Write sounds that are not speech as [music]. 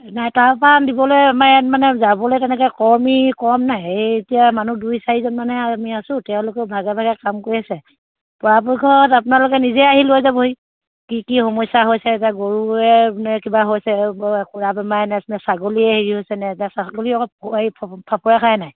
নাই তাৰপা দিবলে আমাৰ ইয়াত মানে যাবলে তেনেকে কৰ্মী এই কৰ্মী নাই এই এতিয়া মানুহ দুই চাৰিজন মানে আমি আছো তেওঁলোকেও ভাগে ভাগে কাম কৰি আছে পৰাপক্ষত আপোনালোকে নিজেই আহি লৈ যাবহি কি কি সমস্যা হৈছে এতিয়া গৰুৱে [unintelligible] কিবা হৈছে [unintelligible] খুৰা বেমাৰেইনে নে ছাগলীয়ে হেৰি হৈছে নে এতিয়া ছাগলীও আকৌ এই [unintelligible] ফাপৰে খাই নাই